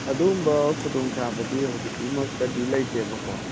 ꯑꯗꯨꯒꯨꯝꯕ ꯈꯨꯗꯣꯡ ꯆꯥꯕꯗꯤ ꯍꯧꯖꯤꯛꯀꯤꯃꯛꯇꯗꯤ ꯂꯩꯇꯦꯕꯀꯣ